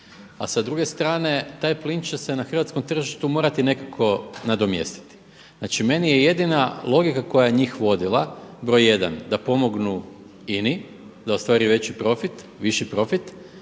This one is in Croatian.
A sa druge strane taj plin će se na hrvatskom tržištu morati nekako nadomjestiti. Znači, meni je jedina logika koja je njih vodila broj jedan da pomognu INA-i da ostvaruje veći profit, viši profit.